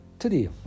today